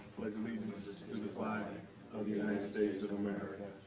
pledge allegiance to the flag of the united states of america,